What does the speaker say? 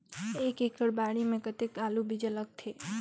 एक एकड़ बाड़ी मे कतेक आलू बीजा लगथे?